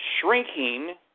shrinking